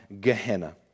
Gehenna